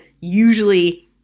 usually